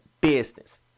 business